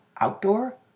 outdoor